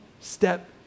step